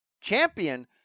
champion